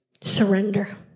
Surrender